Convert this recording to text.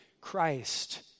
Christ